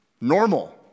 normal